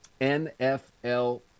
NFL